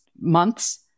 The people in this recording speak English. months